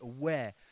aware